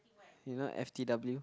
you know f_t_w